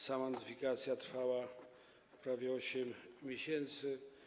Sama notyfikacja trwała prawie 8 miesięcy.